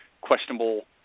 questionable